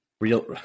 real